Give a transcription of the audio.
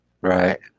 Right